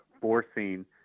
forcing